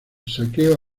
saqueo